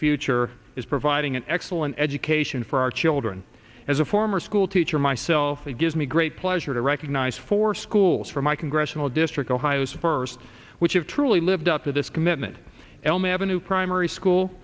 future is providing an excellent education for our children as a former school teacher myself it gives me great pleasure to recognize four schools from my congressional district ohio's first which have truly lived up to this commitment elm avenue primary school